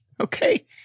Okay